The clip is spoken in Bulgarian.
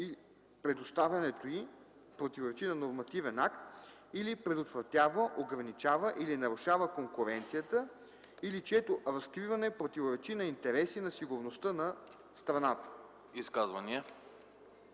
предоставянето й противоречи на нормативен акт или предотвратява, ограничава или нарушава конкуренцията, или чието разкриване противоречи на интереси на сигурността на страната.”